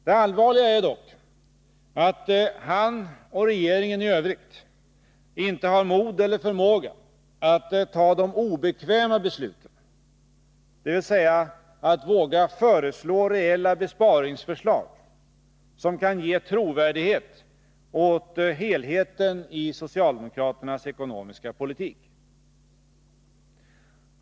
Det allvarliga är dock att han och regeringen i övrigt, inte har mod eller förmåga att fatta de obekväma besluten, dvs. att våga lägga fram reella besparingsförslag, som kan ge trovärdighet åt helheten i socialdemokraternas ekonomiska politik.